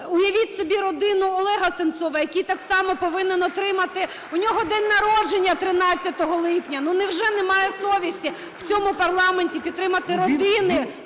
Уявіть собі родину Олега Сенцова, який так само повинен отримати… У нього день народження 13 липня. Ну, невже немає совісті в цьому парламенті підтримати родини